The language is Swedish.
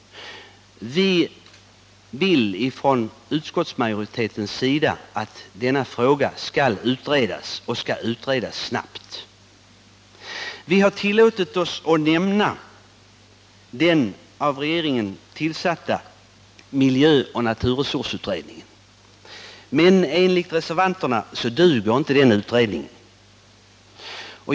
Utskottsmajoriteten vill att denna fråga skall utredas och utredas snabbt. Vi har tillåtit oss att nämna den av regeringen tillsatta naturresursoch miljöutredningen, men enligt reservanterna duger inte den utredningen.